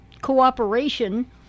cooperation